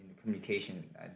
communication